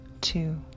two